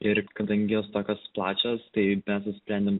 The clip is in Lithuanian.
ir kadangi jos tokios plačios tai mes nusprendėm